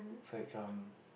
it's like um